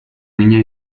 niña